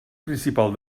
principal